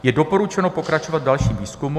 Je doporučeno pokračovat v dalším výzkumu.